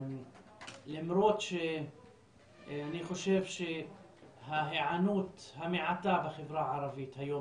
למרות שאני חושב שההיענות המעטה בחברה הערבית היום